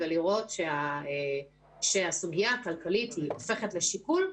ולראות שהסוגיה הכלכלית הופכת לשיקול.